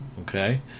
Okay